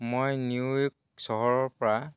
মই নিউয়ৰ্ক চহৰৰ পৰা